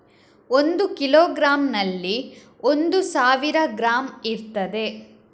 ಒಂದು ಕಿಲೋಗ್ರಾಂನಲ್ಲಿ ಒಂದು ಸಾವಿರ ಗ್ರಾಂ ಇರ್ತದೆ